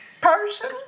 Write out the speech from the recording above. person